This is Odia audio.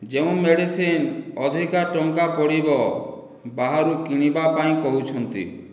ଯେଉଁ ମେଡ଼ିସିନ ଅଧିକା ଟଙ୍କା ପଡ଼ିବ ବାହାରୁ କିଣିବା ପାଇଁ କହୁଛନ୍ତି